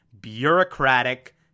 bureaucratic